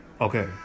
Okay